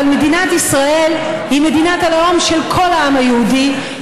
אבל מדינת ישראל היא מדינת הלאום של כל העם היהודי,